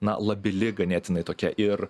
na labili ganėtinai tokia ir